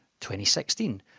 2016